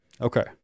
Okay